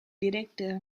directeur